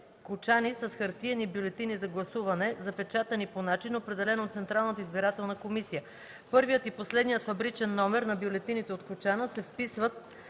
кочани с хартиени бюлетини за гласуване, запечатани по начин, определен от Централната избирателна комисия; първият и последният фабричен номер на бюлетините от кочана се вписват